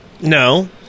No